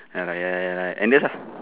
ya lah ya ya ya ya like Andes lah